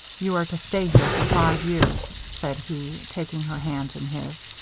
you are to stay here for five years, said he, taking her hands in his.